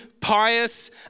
pious